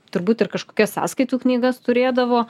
turbūt ir kažkokias sąskaitų knygas turėdavo